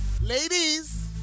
Ladies